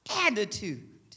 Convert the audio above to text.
attitude